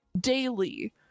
daily